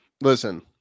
Listen